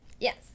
Yes